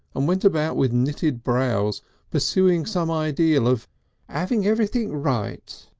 and went about with knitted brows pursuing some ideal of aving everything right.